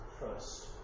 first